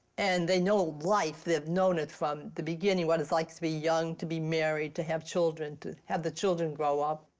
and they know life. they've known it from the beginning what it's like to be young, to be married, to have children, to have the children grow up.